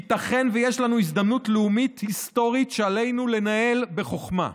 ייתכן שיש לנו הזדמנות לאומית היסטורית שעלינו לנהל בחוכמה.